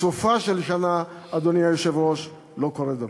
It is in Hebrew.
בסופה של שנה, אדוני היושב-ראש, לא קורה דבר.